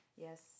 yes